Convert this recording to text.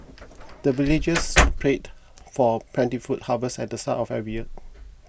the villagers prayed for plentiful harvest at the start of every year